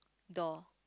door